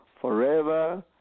forever